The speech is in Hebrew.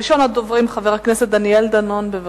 ראשון הדוברים, חבר הכנסת דניאל דנון, בבקשה.